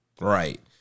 Right